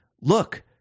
look